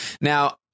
Now